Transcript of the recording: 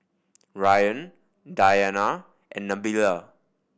Ryan Dayana and Nabila